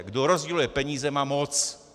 Kdo rozděluje peníze, má moc.